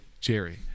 Jerry